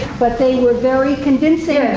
but they were very convincing.